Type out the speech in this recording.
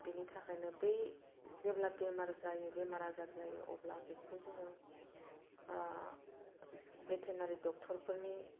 बिनिथाखायनो बै जेब्ला बेमार जायो बेमार आजार जायो अब्ला बेखौ जोङो भेटेरिनेरि ड'क्टरफोरनि